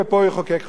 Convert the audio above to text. ופה לחוקק חוקים.